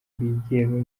bigenga